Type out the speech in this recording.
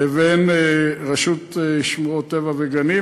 לבין רשות שמורות הטבע והגנים,